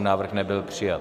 Návrh nebyl přijat.